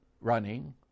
running